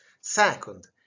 Second